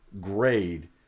grade